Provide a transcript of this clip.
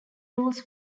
rules